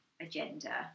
Agenda